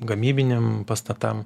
gamybiniam pastatam